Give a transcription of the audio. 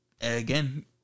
again